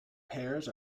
pears